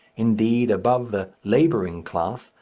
indeed, above the labouring class,